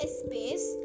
space